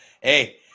Hey